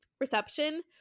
reception